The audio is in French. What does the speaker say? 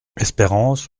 espérance